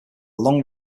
long